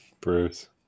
Bruce